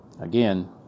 again